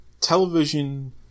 television